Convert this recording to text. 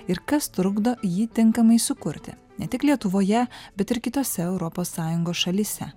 ir kas trukdo jį tinkamai sukurti ne tik lietuvoje bet ir kitose europos sąjungos šalyse